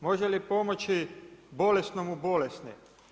Može li pomoći bolesnome bolesni?